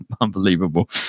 unbelievable